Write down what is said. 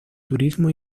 turismo